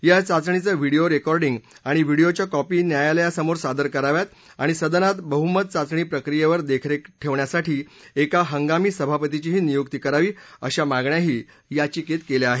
या चाचणीचं video recording आणि व्हिडिओच्या कॉपी न्यायालयासमोर सादर कराव्यात आणि सदनात बहुमत चाचणी प्रक्रियेवर देखरेख करण्यासाठी एका हंगामी सभापतीचीही नियुक्ती करावी अशा मागण्याही याचिकेत केल्या आहेत